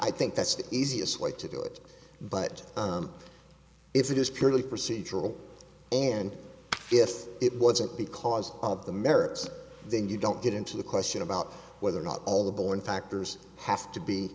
i think that's the easiest way to do it but if it is purely procedural and if it wasn't because of the merits then you don't get into the question about whether or not all the born factors have to be